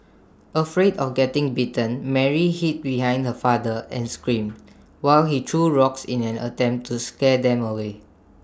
afraid of getting bitten Mary hid behind her father and screamed while he threw rocks in an attempt to scare them away